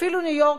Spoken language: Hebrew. אפילו ניו-יורק,